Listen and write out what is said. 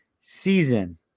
season